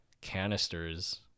canisters